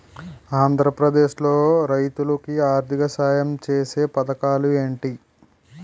ఆంధ్రప్రదేశ్ లో రైతులు కి ఆర్థిక సాయం ఛేసే పథకాలు ఏంటి?